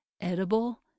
edible